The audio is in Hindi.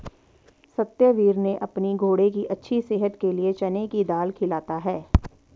सत्यवीर ने अपने घोड़े की अच्छी सेहत के लिए चने की दाल खिलाता है